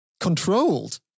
controlled